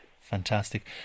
Fantastic